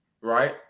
right